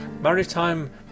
Maritime